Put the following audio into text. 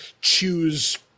choose